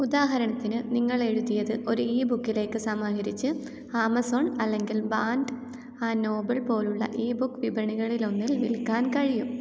ഉദാഹരണത്തിന് നിങ്ങൾ എഴുതിയത് ഒരു ഇ ബുക്കിലേക്ക് സമാഹരിച്ച് ആമസോണ് അല്ലെങ്കിൽ ബാന്റ് ആ നോബിള് പോലുള്ള ഇ ബുക്ക് വിപണികളിലൊന്നിൽ വിൽക്കാൻ കഴിയും